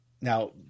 Now